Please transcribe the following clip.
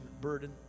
burden